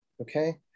okay